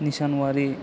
Nissan Owary